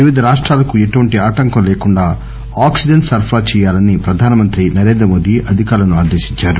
వివిధ రాష్టాలకు ఎటువంటి ఆటంకం లేకుండా ఆక్పిజన్ సరఫరా చేయాలని ప్రధానమంత్రి నరేంద్రమోది అధికారులను ఆదేశించారు